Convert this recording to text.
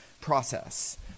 process